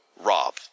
Rob